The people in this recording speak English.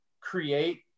create